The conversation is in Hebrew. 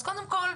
אז קודם כל,